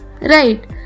Right